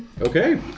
Okay